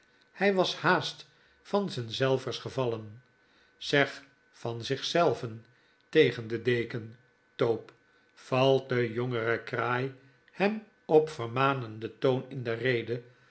hy was haast van z'en zelvers gevallen b zeg van zich zelven tegen den deken tope valt de jongere kraai hem op vermanenden toon in de rede